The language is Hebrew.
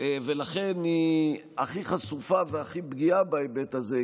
ולכן היא הכי חשופה והכי פגיעה בהיבט הזה,